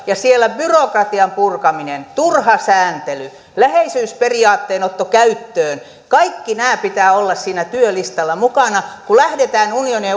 ja siellä byrokratian purkamisen turhan sääntelyn läheisyysperiaatteen käyttöönoton kaikkien näiden pitää olla siinä työlistalla mukana kun lähdetään unionia